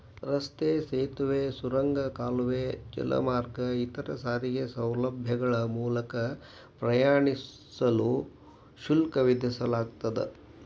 ರಸ್ತೆ ಸೇತುವೆ ಸುರಂಗ ಕಾಲುವೆ ಜಲಮಾರ್ಗ ಇತರ ಸಾರಿಗೆ ಸೌಲಭ್ಯಗಳ ಮೂಲಕ ಪ್ರಯಾಣಿಸಲು ಶುಲ್ಕ ವಿಧಿಸಲಾಗ್ತದ